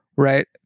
right